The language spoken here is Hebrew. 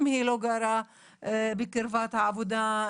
אם היא לא גרה בקרבת העבודה,